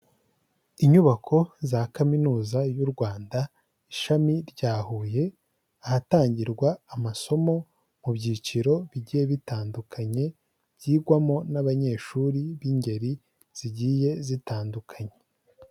Inyubako za Kaminuza y'u Rwanda, Ishami rya Huye, ahatangirwa amasomo mu byiciro bigiye bitandukanye byigwamo n'abanyeshuri b'ingeri zigiye zitandukanye.